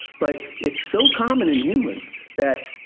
but it's so common in humans that,